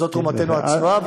זאת תרומתנו הצנועה.